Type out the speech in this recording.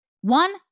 One